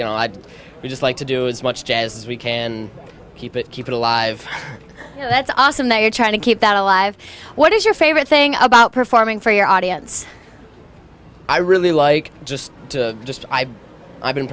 you know i'd just like to do as much jazz as we can keep it keep it alive that's awesome they are trying to keep that alive what is your favorite thing about performing for your audience i really like just to just i've i've been